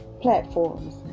platforms